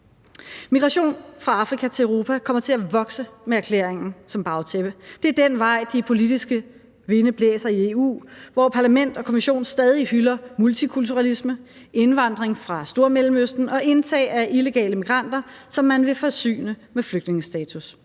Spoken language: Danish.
Migrationen fra Afrika til Europa kommer til at vokse med erklæringen som bagtæppe. Det er den vej, de politiske vinde blæser i EU, hvor Parlament og Kommission stadig hylder multikulturalisme, indvandring fra Stormellemøsten og indtag af illegale migranter, som man vil forsyne med flygtningestatus.